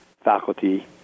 faculty